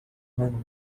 hang